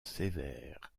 sévère